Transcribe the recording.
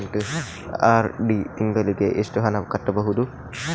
RD ತಿಂಗಳಿಗೆ ಎಷ್ಟು ಹಣ ಕಟ್ಟಬಹುದು?